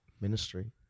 Ministry